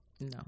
No